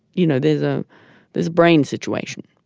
you know there's ah this brain situation.